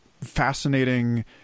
fascinating